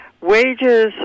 Wages